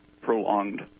prolonged